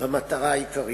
במטרתה העיקרית.